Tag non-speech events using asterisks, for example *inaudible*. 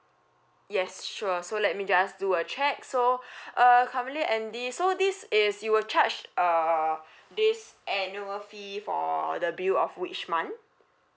yes sure so let me just do a check so *breath* uh currently andy so this is you will charge uh this annual fee for the bill of which month